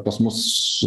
pas mus